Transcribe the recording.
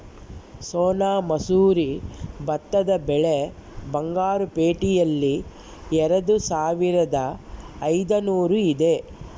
ಸೋನಾ ಮಸೂರಿ ಭತ್ತದ ಬೆಲೆ ಬಂಗಾರು ಪೇಟೆಯಲ್ಲಿ ಎರೆದುಸಾವಿರದ ಐದುನೂರು ಇದೆ